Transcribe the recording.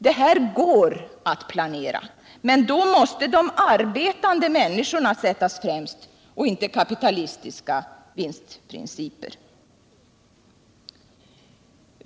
Det här går att planera, men då måste de arbetande människorna sättas främst och inte kapitalistiska vinstprinciper.